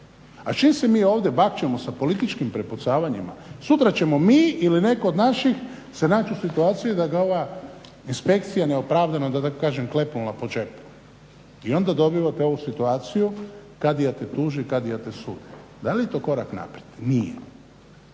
s čim se mi ovdje bakćemo? Sa političkim prepucavanjima. Sutra ćemo mi ili netko od naših se naći u situaciji da ga je ova inspekcija neopravdano da tako kažem klepnula po džepu. I onda dobivate ovu situaciju kadija te tuži, kadija te sudi. Da li je to korak naprijed? Nije.